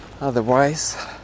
Otherwise